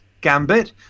gambit